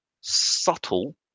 subtle